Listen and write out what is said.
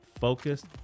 focused